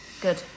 good